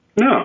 No